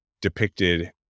depicted